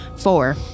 four